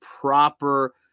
proper